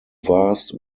vast